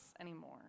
anymore